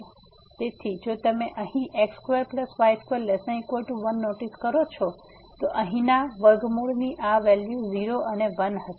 તેથી જો તમે અહીં x2y2≤1 નોટિસ કરો છો તો અહીંના વર્ગમૂળની આ વેલ્યુ 0 અને 1 હશે